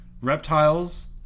Reptiles